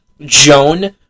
Joan